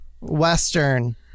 Western